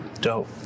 Dope